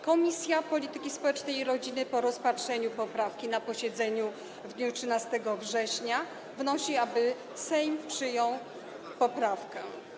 Komisja Polityki Społecznej i Rodziny po rozpatrzeniu poprawki na posiedzeniu w dniu 13 września wnosi, aby Sejm przyjął poprawkę.